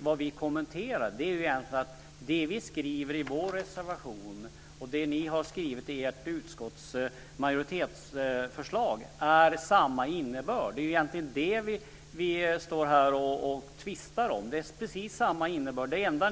Vad vi kommenterar är att det vi skriver i vår reservation och det ni har skrivit i ert utskottsmajoritetsförslag är av samma innebörd. Det är egentligen det vi står och tvistar om. Det är precis samma innebörd.